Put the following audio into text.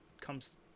comes